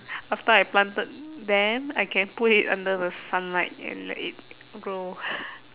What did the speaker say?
after I planted then I can put it under the sunlight and let it grow